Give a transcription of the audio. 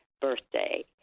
birthday